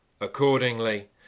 Accordingly